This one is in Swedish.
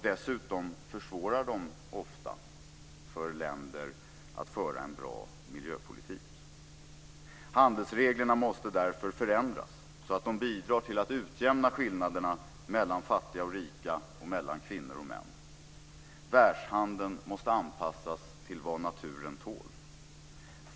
Dessutom försvårar de ofta för länder att föra en bra miljöpolitik. Handelsreglerna måste därför förändras så att de bidrar till att utjämna skillnaderna mellan fattiga och rika och mellan kvinnor och män. Världshandeln måste anpassas till vad naturen tål.